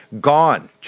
Gone